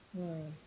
mm